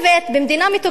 במדינה מתוקנת,